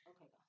Okay